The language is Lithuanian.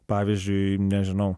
pavyzdžiui nežinau